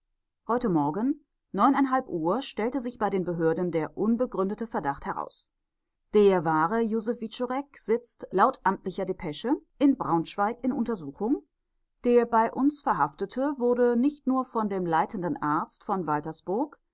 heute morgen neuneinhalb uhr stellte sich bei den behörden der unbegründete verdacht heraus der wahre josef wiczorek sitzt laut amtlicher depesche in braunschweig in untersuchung der bei uns verhaftete wurde nicht nur von dem leitenden arzt von waltersburg